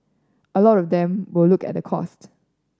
a lot of them will look at the cost